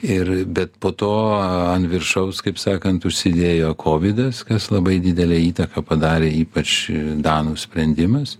ir bet po to ant viršaus kaip sakant užsidėjo kovidas kas labai didelę įtaką padarė ypač danų sprendimas